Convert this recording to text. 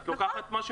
נכון.